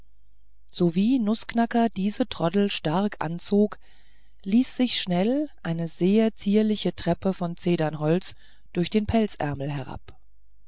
sowie nußknacker diese troddel stark anzog ließ sich schnell eine sehr zierliche treppe von zedernholz durch den pelzärmel herab